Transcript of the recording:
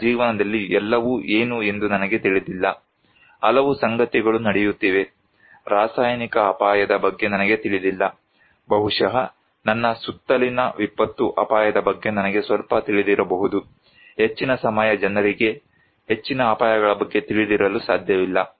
ನನ್ನ ಜೀವನದಲ್ಲಿ ಎಲ್ಲವೂ ಏನು ಎಂದು ನನಗೆ ತಿಳಿದಿಲ್ಲ ಹಲವು ಸಂಗತಿಗಳು ನಡೆಯುತ್ತಿವೆ ರಾಸಾಯನಿಕ ಅಪಾಯದ ಬಗ್ಗೆ ನನಗೆ ತಿಳಿದಿಲ್ಲ ಬಹುಶಃ ನನ್ನ ಸುತ್ತಲಿನ ವಿಪತ್ತು ಅಪಾಯದ ಬಗ್ಗೆ ನನಗೆ ಸ್ವಲ್ಪ ತಿಳಿದಿರಬಹುದು ಹೆಚ್ಚಿನ ಸಮಯ ಜನರಿಗೆ ಹೆಚ್ಚಿನ ಅಪಾಯಗಳ ಬಗ್ಗೆ ತಿಳಿದಿರಲು ಸಾಧ್ಯವಿಲ್ಲ